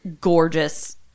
gorgeous